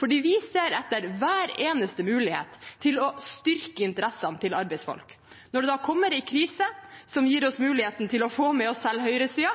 Vi ser etter hver eneste mulighet til å styrke interessene til arbeidsfolk. Når det kommer en krise som gir oss muligheten til å få med oss